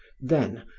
then,